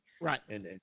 Right